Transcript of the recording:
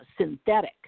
synthetic